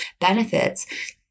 benefits